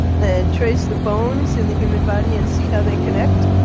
then trace the bones in the human body and see how they connect.